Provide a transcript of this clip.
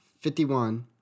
Fifty-one